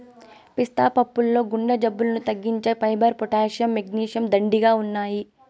పిస్తా పప్పుల్లో గుండె జబ్బులను తగ్గించే ఫైబర్, పొటాషియం, మెగ్నీషియం, దండిగా ఉన్నాయి